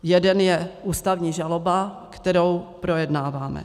Jeden je ústavní žaloba, kterou projednáváme.